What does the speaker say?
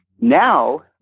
Now